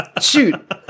shoot